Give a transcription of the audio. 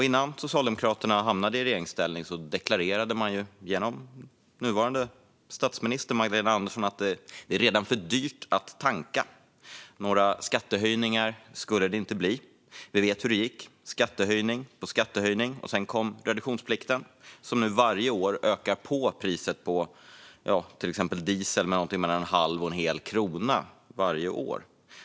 Innan Socialdemokraterna hamnade i regeringsställning deklarerade man genom nuvarande statsminister Magdalena Andersson att det redan var för dyrt att tanka. Några skattehöjningar skulle det inte bli. Vi vet hur det gick: Det blev skattehöjning på skattehöjning - och sedan kom reduktionsplikten, som nu ökar priset på till exempel diesel med mellan en halv och en hel krona varje år.